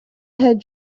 had